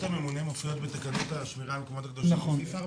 הממונה מופיעות בתקנות השמירה על המקומות הקדושים בסעיף 4(א)